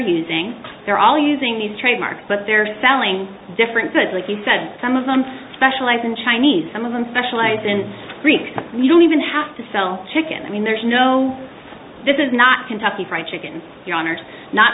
using they're all using these trademark but they're selling different but like you said some of them specialize in chinese some of them specialize in freaks you don't even have to sell chicken i mean there's no this is not kentucky fried chicken